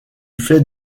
fait